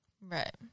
Right